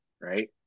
right